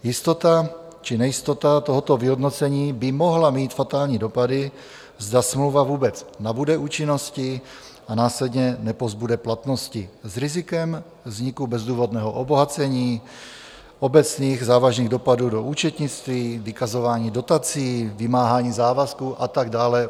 Jistota či nejistota tohoto vyhodnocení by mohla mít fatální dopady, zda smlouva vůbec nabude účinnosti a následně nepozbude platnosti s rizikem vzniku bezdůvodného obohacení, obecných závažných dopadů do účetnictví, vykazování dotací, vymáhání závazků a tak dále.